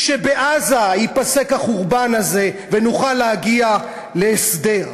שבעזה ייפסק החורבן הזה ונוכל להגיע להסדר.